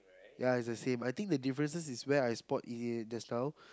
ya it's the same I think the differences is where I spot it in just now